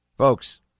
Folks